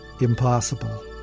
impossible